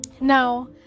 now